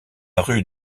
rue